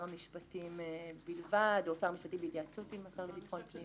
המשפטים בלבד או שר המשפטים בהתייעצות עם השר לביטחון פנים?